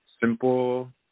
simple